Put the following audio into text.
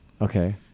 okay